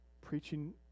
preaching